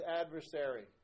adversary